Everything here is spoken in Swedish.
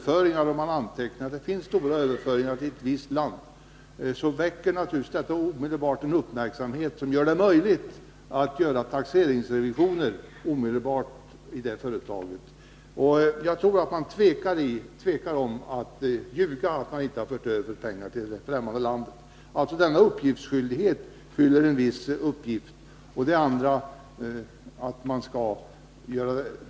Förekommer stora överföringar till ett visst land, väcker detta naturligtvis omedelbart uppmärksamhet och gör det möjligt att företa taxeringsrevision i det företaget. Företagaren torde tveka inför att ljuga och säga att han inte har fört över pengar till det ffträmmande landet. Uppgiftsskyldigheten fyller en funktion.